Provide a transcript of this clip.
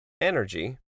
Energy